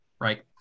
right